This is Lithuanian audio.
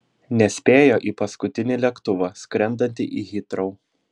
nespėjo į paskutinį lėktuvą skrendantį į hitrou